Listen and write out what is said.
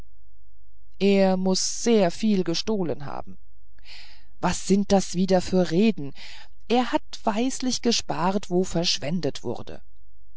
er muß sehr viel gestohlen haben was sind das wieder für reden er hat weislich gespart wo verschwendet wurde